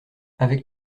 avec